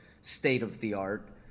state-of-the-art